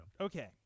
Okay